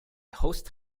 host